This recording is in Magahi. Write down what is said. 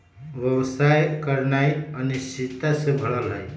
व्यवसाय करनाइ अनिश्चितता से भरल हइ